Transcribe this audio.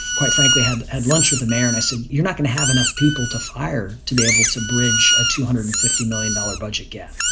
quite frankly, had had lunch the mayor and i said, you're not going to have enough people to fire to be able to bridge a two hundred and fifty million dollar budget gap.